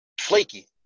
flaky